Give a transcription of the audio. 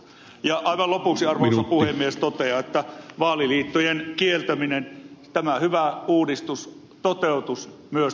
aivan lopuksi arvoisa puhemies totean että vaaliliittojen kieltäminen tämä hyvä uudistus toteutuisi myös tätä vaalipiirijakoa muuttamalla